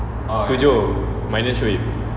tujuh minus shuib